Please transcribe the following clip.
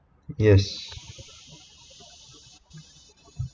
yes